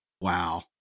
Wow